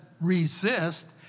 resist